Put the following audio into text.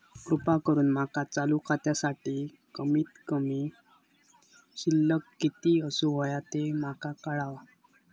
कृपा करून माका चालू खात्यासाठी कमित कमी शिल्लक किती असूक होया ते माका कळवा